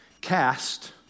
Cast